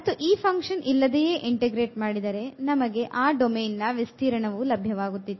ಮತ್ತು ಈ ಫಂಕ್ಷನ್ ಇಲ್ಲದೆಯೇ integrate ಮಾಡಿದರೆ ನಮಗೆ ಆ ಡೊಮೇನ್ ನ ವಿಸ್ತೀರ್ಣವು ಲಭ್ಯವಾಗುತ್ತಿತ್ತು